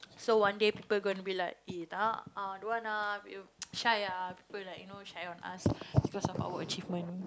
so one day people gonna be like eh don't want ah shy ah people like you know shy on us because of our achievement